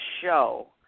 show